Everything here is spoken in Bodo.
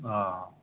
अ